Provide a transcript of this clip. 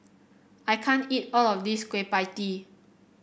I can't eat all of this Kueh Pie Tee